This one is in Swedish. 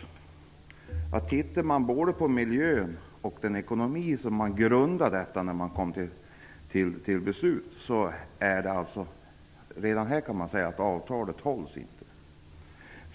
Om man då tittar både på miljön och på den ekonomiska grunden för detta beslut måste man säga att avtalet inte kan